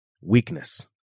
Weakness